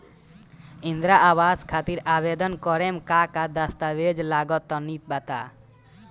इंद्रा आवास खातिर आवेदन करेम का का दास्तावेज लगा तऽ तनि बता?